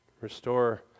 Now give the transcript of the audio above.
Restore